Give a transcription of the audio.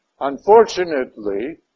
Unfortunately